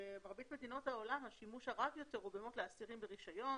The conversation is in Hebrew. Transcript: במרבית מדינות העולם השימוש הרב יותר הוא לאסירים ברישיון.